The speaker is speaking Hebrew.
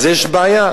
אז יש בעיה.